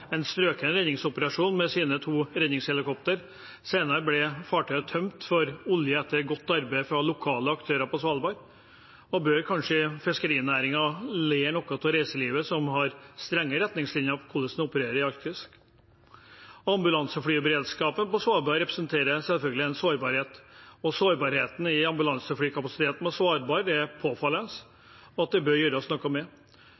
en strøken redningsoperasjon med sine to redningshelikoptre. Senere ble fartøyet tømt for olje, etter godt arbeid fra lokale aktører på Svalbard. Og bør kanskje fiskerinæringen lære noe av reiselivet, som har strenge retningslinjer for hvordan en opererer i Arktis? Ambulanseflyberedskapen på Svalbard representerer selvfølgelig en sårbarhet, og sårbarheten i ambulanseflykapasiteten på Svalbard er påfallende og bør gjøres noe med.